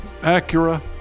Acura